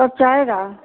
कब चाहिएगा